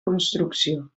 construcció